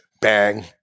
Bang